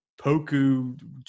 Poku